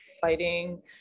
fighting